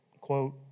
quote